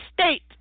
state